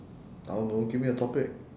I don't know give me a topic